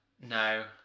No